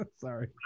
sorry